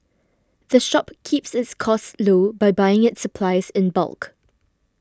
the shop keeps its costs low by buying its supplies in bulk